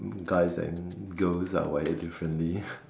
guys and girls are wired differently